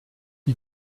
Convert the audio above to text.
die